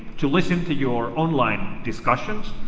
to listen to your online discussions,